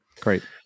Great